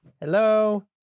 hello